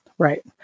Right